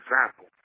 example